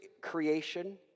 creation